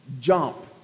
jump